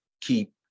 keep